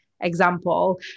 example